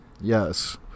Yes